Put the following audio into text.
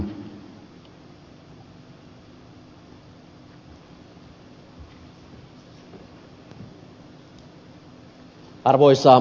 arvoisa puhemies